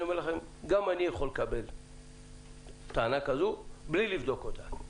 אני אומר לכם שגם אני כול לקבל טענה כזאת בלי לבדוק אותה.